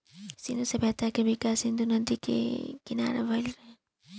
सिंधु सभ्यता के विकास सिंधु नदी के किनारा भईल रहे